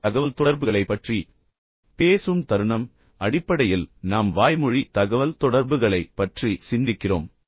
நாம் தகவல்தொடர்புகளைப் பற்றி பேசும் தருணம் அடிப்படையில் நாம் வாய்மொழி தகவல்தொடர்புகளைப் பற்றி சிந்திக்கிறோம்